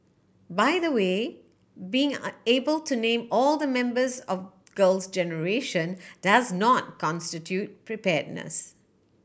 by the way being able to name all the members of Girls Generation does not constitute preparedness